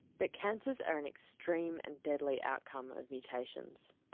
but cancers are an extreme and deadly outcome of mutations.